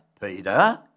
Peter